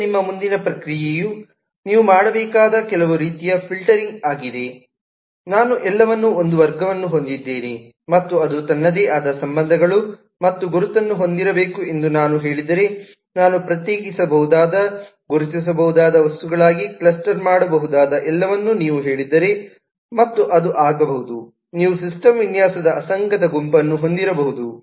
ಈಗ ನಿಮ್ಮ ಮುಂದಿನ ಪ್ರಕ್ರಿಯೆಯು ನೀವು ಮಾಡಬೇಕಾದ ಕೆಲವು ರೀತಿಯ ಫಿಲ್ಟರಿಂಗ್ ಆಗಿದೆ ನಾನು ಎಲ್ಲವನ್ನು ಒಂದು ವರ್ಗವನ್ನು ಹೊಂದಿದ್ದೇನೆ ಮತ್ತು ಅದು ತನ್ನದೇ ಆದ ಸಂಬಂಧಗಳು ಮತ್ತು ಗುರುತನ್ನು ಹೊಂದಿರಬೇಕು ಎಂದು ನಾನು ಹೇಳಿದರೆ ನಾನು ಪ್ರತ್ಯೇಕಿಸಬಹುದಾದ ಗುರುತಿಸಬಹುದಾದ ವಸ್ತುಗಳಾಗಿ ಕ್ಲಸ್ಟರ್ ಮಾಡಬಹುದಾದ ಎಲ್ಲವನ್ನೂ ನೀವು ಹೇಳಿದರೆ ಮತ್ತು ಅದು ಆಗಬಹುದು ನೀವು ಸಿಸ್ಟಮ್ ವಿನ್ಯಾಸದ ಅಸಂಗತ ಗುಂಪನ್ನು ಹೊಂದಿರಬಹುದು